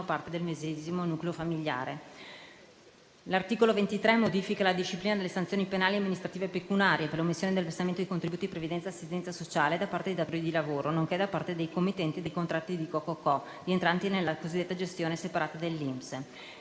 parte del medesimo nucleo famigliare. L'articolo 23 modifica la disciplina delle sanzioni penali o amministrative pecuniarie per l'omissione del versamento dei contributi di previdenza e assistenza sociale da parte dei datori di lavoro, nonché da parte dei committenti dei contratti di co.co.co. rientranti nella cosiddetta gestione separata dell'INPS.